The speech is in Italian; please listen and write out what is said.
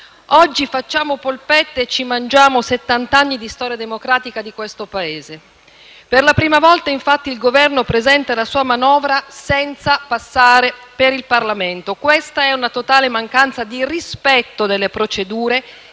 Oggi facciamo polpette e ci mangiamo settanta anni di storia democratica di questo Paese. Per la prima volta, infatti, il Governo presenta la sua manovra senza passare per il Parlamento. Questa è una totale mancanza di rispetto delle procedure